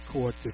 court